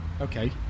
okay